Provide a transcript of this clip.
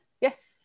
yes